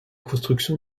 construction